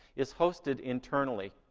is hosted internally.